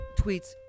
tweets